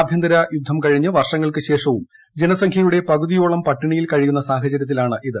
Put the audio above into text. ആഭ്യന്തര യുദ്ധം കഴിഞ്ഞ് വർഷങ്ങൾക്ക് ശേഷവും ജനസംഖ്യയുടെ പകുതിയോളം പട്ടിണിയിൽ കഴിയുന്ന സാഹചര്യത്തിലാണിത്